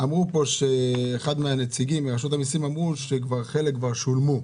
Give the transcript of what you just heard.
אמרו פה שאחד מהנציגים מרשות המיסים אמרו שכבר חלק כבר שולמו.